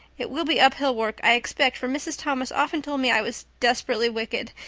it will be uphill work, i expect, for mrs. thomas often told me i was desperately wicked.